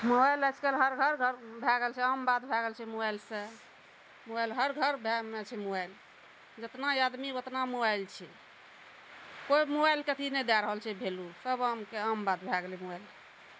mobile आइकाल्हि हर घर घर भऽ गेल छै आम बात भऽ गेल छै मोबाइल सऽ मोबाइल हर घर भए छै मोबाइल जतना आदमी ओतना मोबाइल छै कोइ मोबाइल कऽ अथी नै दै रहल छै वैल्यू सब आमके आम बात भै गेलै मोबाइल